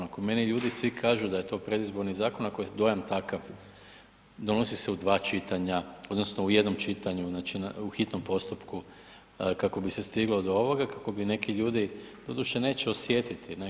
Ako mene ljudi svi kažu da je to predizborni zakon, ako je dojam takav, donosi se u dva čitanja, odnosno u jednom čitanju, znači i u hitnom postupku kako bi se stiglo do ovoga, kako bi neki ljudi, doduše neće osjetiti, ne.